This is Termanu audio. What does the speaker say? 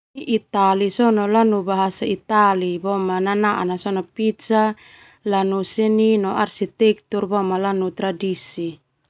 Lanu bahasa Itali nanaan sona pitza boema lanu seni no arsitektur boma nanu tradisi.